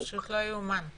זה פשוט לא ייאמן.